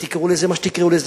ותקראו לזה מה שתקראו לזה,